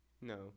No